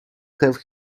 have